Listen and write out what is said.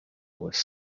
was